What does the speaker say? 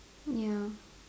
ya